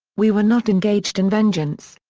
we were not engaged in vengeance.